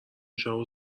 شبو